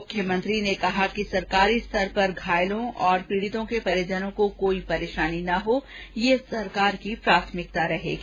मुख्यमंत्री ने कहा कि सरकारी स्तर पर घायलों और पीडितों के परिजनों को कोई परेशानी ना हो ये सरकार की प्राथमिकता रहेगी